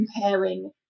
comparing